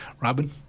Robin